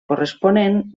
corresponent